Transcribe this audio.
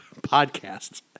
podcasts